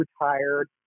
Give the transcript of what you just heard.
retired